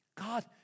God